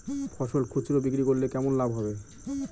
ফসল খুচরো বিক্রি করলে কেমন লাভ হবে?